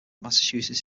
massachusetts